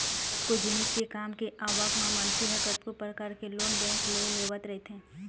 कतको जिनिस के काम के आवक म मनखे ह कतको परकार के लोन बेंक ले लेवत रहिथे